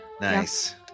Nice